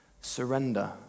surrender